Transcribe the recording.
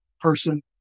person